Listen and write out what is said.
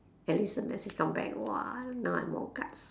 at least sometimes sis come back !wah! now I more guts